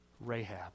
Rahab